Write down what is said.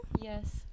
Yes